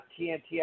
TNT